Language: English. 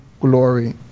glory